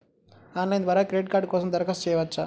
Online ద్వారా credit card కోసం దరఖాస్తు చేయవచ్చా?